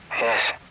Yes